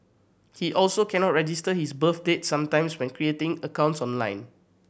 he also cannot register his birth date sometimes when creating accounts online